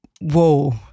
whoa